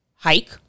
hike